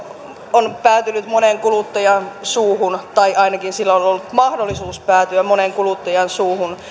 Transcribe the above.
on päätynyt monen kuluttajan suuhun tai ainakin sillä on ollut mahdollisuus päätyä monen kuluttajan suuhun